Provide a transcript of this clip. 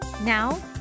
Now